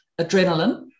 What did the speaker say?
adrenaline